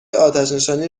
آتشنشانی